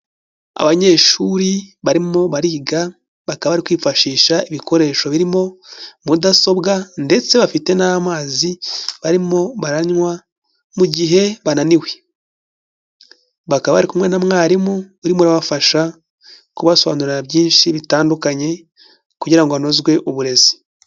Abanyeshuri barimo bariga bakaba bari kwifashisha ibikoresho birimo mudasobwa ndetse bafite n'amazi barimo baranywa mu gihe bananiwe, bakaba bari kumwe na mwarimu urimo urabafasha kubasobanurira byinshi bitandukanye kugirango hanozwe uburezi.